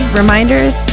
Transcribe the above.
reminders